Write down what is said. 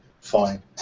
Fine